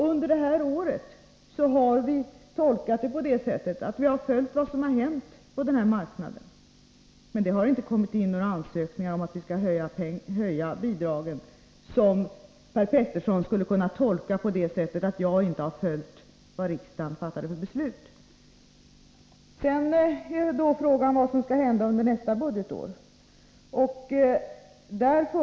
Under detta år har vi tolkat beslutet på det sättet att vi har följt vad som har hänt på denna marknad, men det har inte kommit in några ansökningar om att vi skall höja bidragen. Därför kan inte Per Petersson tolka mitt handlande som att jag inte har följt det beslut som riksdagen fattade. Frågan är vad som skall hända under nästa budgetår.